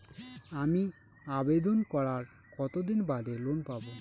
আমি আবেদন করার কতদিন বাদে লোন পাব?